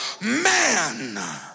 man